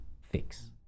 fix